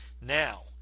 Now